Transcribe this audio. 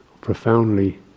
profoundly